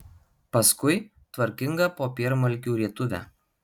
paskui tvarkingą popiermalkių rietuvę